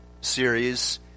series